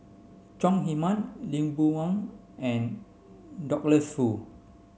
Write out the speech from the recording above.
Chong Heman Lee Boon Wang and Douglas Foo